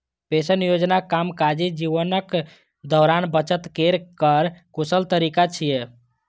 pension योजना कामकाजी जीवनक दौरान बचत केर कर कुशल तरीका छियै